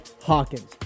Hawkins